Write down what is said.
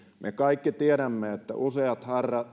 me kaikki tiedämme että useat